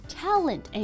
talent